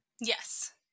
Yes